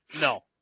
no